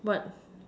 what